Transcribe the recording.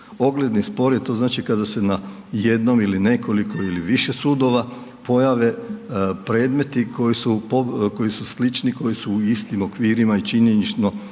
Ogledni spor je to znači kada se na jednom ili nekoliko ili više sudova pojave predmeti koji su slični, koji su u istim okvirima i činjenično i pravno